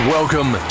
Welcome